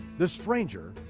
the stranger,